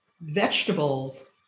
vegetables